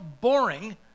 boring